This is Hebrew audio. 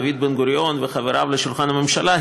דוד בן-גוריון וחבריו לשולחן הממשלה,